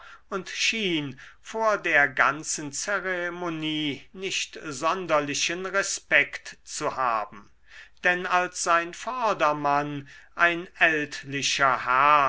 und schien vor der ganzen zeremonie nicht sonderlichen respekt zu haben denn als sein vordermann ein ältlicher herr